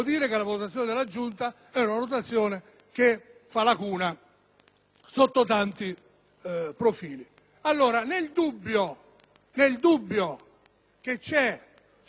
sotto tanti profili.